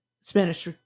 Spanish